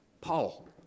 Paul